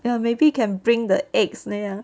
ya maybe can bring the eggs there lah